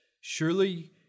Surely